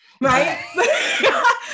right